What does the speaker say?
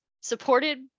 supported